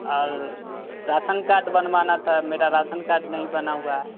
और ration card बनवाना था मेरा राशन कार्ड नहीं बना हुआ है